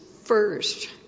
first